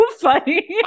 funny